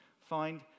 find